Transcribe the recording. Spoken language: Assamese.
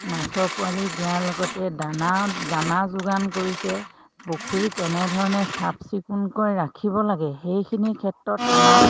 মাছৰ পোৱালি দিয়াৰ লগতে দানা দানা যোগান কৰিছে পুখুৰী কেনেধৰণে চাফ চিকুণকৈ ৰাখিব লাগে সেইখিনিৰ ক্ষেত্ৰত আমাক